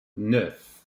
neuf